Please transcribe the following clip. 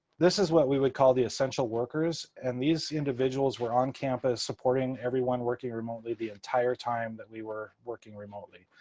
this is what we would call the essential workers. and these individuals were on campus, supporting everyone working remotely the entire time that we were working remotely.